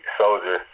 Soldier